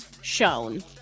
shown